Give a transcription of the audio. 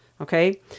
Okay